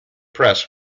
press